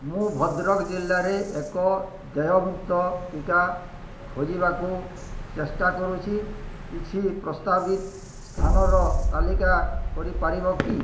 ମୁଁ ଭଦ୍ରକ ଜିଲ୍ଲାରେ ଏକ ଦେୟମୁକ୍ତ ଟିକା ଖୋଜିବାକୁ ଚେଷ୍ଟା କରୁଛି କିଛି ପ୍ରସ୍ତାବିତ ସ୍ଥାନର ତାଲିକା କରିପାରିବ କି